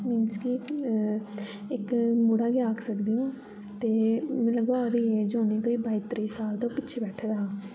minus की एक अ एक मुड़ा गे आखी सकदे ओ ते मी लगदा ओह्दी ऐज होंनी कोई बाई त्रैई साल ते ओ पिच्छे बैठे दा हा